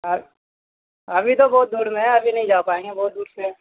آ ابھی تو بہت دور میں ہے ابھی نہیں جا پائیں گے بہت دور سے ہیں